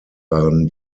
waren